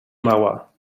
mała